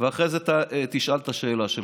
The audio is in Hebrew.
ואחרי זה תשאל את השאלה שלך.